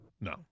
No